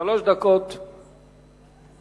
שלוש דקות לרשותך.